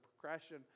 progression